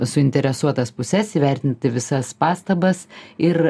suinteresuotas puses įvertinti visas pastabas ir